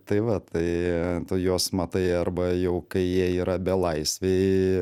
tai va tai tu juos matai arba jau kai jie yra belaisviai